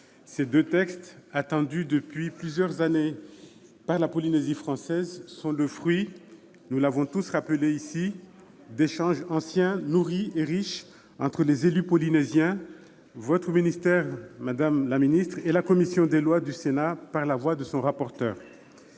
ces deux textes, attendus depuis plusieurs années par la Polynésie française, sont le fruit d'échanges anciens, nourris et riches, entre les élus polynésiens, le ministère des outre-mer et la commission des lois du Sénat, par la voix de son rapporteur.